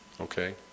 Okay